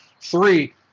three